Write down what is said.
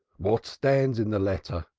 what stands in the letter?